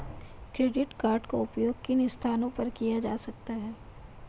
Credit card का उपयोग किन स्थानों पर किया जा सकता है?